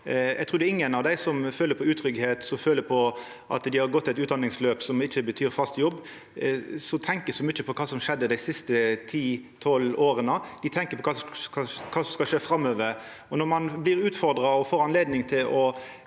Eg trur ingen av dei som føler på utryggleik, som føler på at dei har gått eit utdanningsløp som ikkje betyr fast jobb, tenkjer så mykje på kva som skjedde dei siste 10–12 åra. Dei tenkjer på kva som skal skje framover. Når ein blir utfordra og får anledning til å